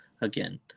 again